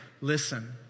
listen